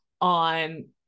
on